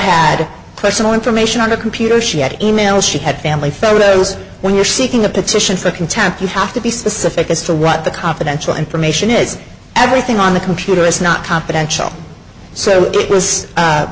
had personal information on the computer she had e mail she had family fellows when you're seeking a petition for contempt you have to be specific as to what the confidential information is everything on the computer is not confidential so it was